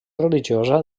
religiosa